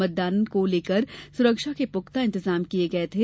मतदान को लेकर सुरक्षा के पुख्ता इंतजाम किये गये थे